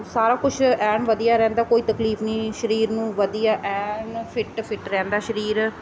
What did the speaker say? ਸਾਰਾ ਕੁਛ ਐਨ ਵਧੀਆ ਰਹਿੰਦਾ ਕੋਈ ਤਕਲੀਫ ਨਹੀਂ ਸਰੀਰ ਨੂੰ ਵਧੀਆ ਐਨ ਫਿਟ ਫਿਟ ਰਹਿੰਦਾ ਸਰੀਰ